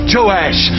Joash